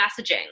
messaging